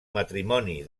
matrimoni